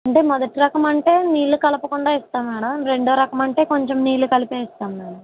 అంటే మొదటి రకమంటే నీళ్లు కలపకుండా ఇస్తాం మేడమ్ రెండో రకమంటే కొంచం నీళ్ళు కలిపే ఇస్తాం మేడమ్